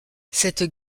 cette